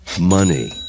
Money